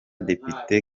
depite